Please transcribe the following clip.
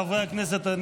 חברי הכנסת,